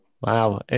Wow